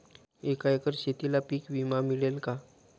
एका एकर शेतीला पीक विमा मिळेल का?